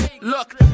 Look